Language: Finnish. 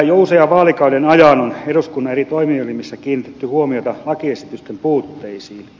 jo usean vaalikauden ajan on eduskunnan eri toimielimissä kiinnitetty huomiota lakiesitysten puutteisiin